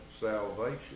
salvation